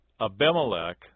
Abimelech